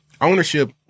ownership